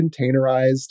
containerized